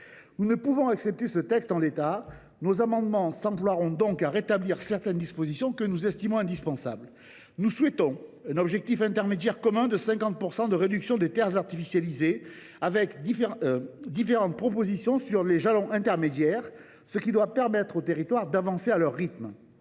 Nous ne pouvons accepter ce texte en l’état. Nos amendements s’emploieront donc à rétablir certaines dispositions que nous estimons indispensables. Nous souhaitons un objectif intermédiaire commun de 50 % de réduction de terres artificialisées. Nous ferons différentes propositions en termes de jalons, afin de permettre aux territoires d’avancer à leur rythme.